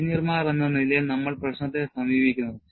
എഞ്ചിനീയർമാർ എന്ന നിലയിൽ നമ്മൾ പ്രശ്നത്തെ സമീപിക്കുന്നു